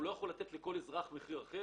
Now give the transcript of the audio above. הוא לא יכול לתת לכל אזרח מחיר אחר,